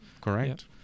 correct